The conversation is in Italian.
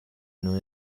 non